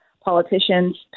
politicians